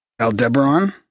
Aldebaran